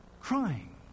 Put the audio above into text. crying